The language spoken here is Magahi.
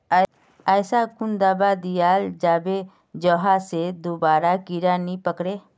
ऐसा कुन दाबा दियाल जाबे जहा से दोबारा कीड़ा नी पकड़े?